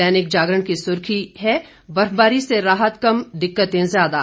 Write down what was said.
दैनिक जागरण की सुर्खी दी है बर्फबारी से राहत कम दिक्कतें ज्यादा